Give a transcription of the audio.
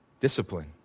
Discipline